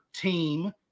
team